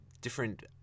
different